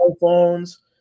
phones